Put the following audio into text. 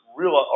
real